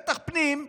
בטח בפנים,